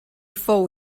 fou